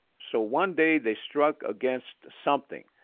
so, one day they struck against something,